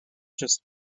just